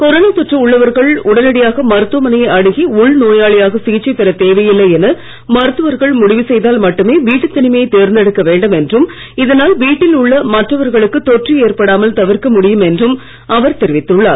corona தொற்று உள்ளவர்கள் உடனடியாக மருத்துவமனையை அணுகி உள் நோயாளியாக சிகிச்சைப் பெற தேவையில்லை என மருத்துவர்கள் முடிவு செய்தால் மட்டுமே வீட்டுத் தனிமையை தேர்ந்தெடுக்க வேண்டும் என்றும் இதனால் வீட்டில் உள்ள மற்றவர்களுக்கு தொற்று ஏற்படாமல் தவிர்க்க முடியும் என்றும் அவர் தெரிவித்துள்ளார்